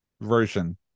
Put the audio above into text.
version